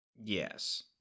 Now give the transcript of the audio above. Yes